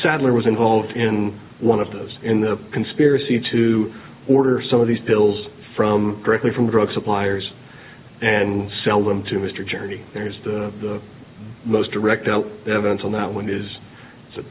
sadler was involved in one of those in the conspiracy to order some of these pills from directly from drug suppliers and sell them to mr charity there's the most direct evidence on that one is it's a